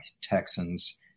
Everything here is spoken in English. Texans